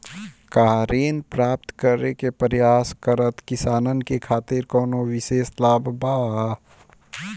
का ऋण प्राप्त करे के प्रयास करत किसानन के खातिर कोनो विशेष लाभ बा